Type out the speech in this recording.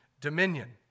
dominion